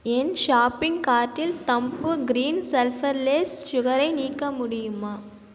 என் shopping கார்ட்டில் தம்பூர் green sulphur less சுகரை நீக்க முடியுமா